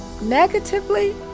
Negatively